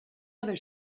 other